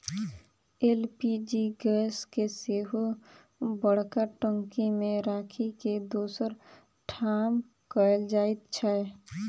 LPG gas के सेहो बड़का टंकी मे राखि के दोसर ठाम कयल जाइत छै